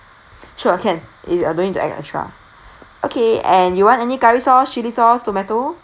sure can if you're going to add extra okay and you want any curry sauce chilli sauce tomato